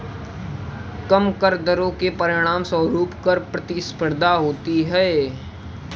कम कर दरों के परिणामस्वरूप कर प्रतिस्पर्धा होती है